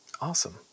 Awesome